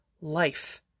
life